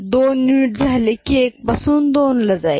2 unit झाले की 1 पासून 2 ल जाईल